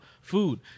food